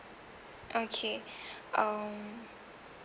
okay um